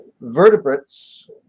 vertebrates